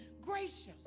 gracious